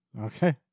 Okay